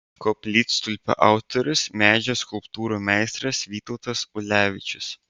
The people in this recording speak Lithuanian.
koplytstulpio autorius medžio skulptūrų meistras vytautas ulevičius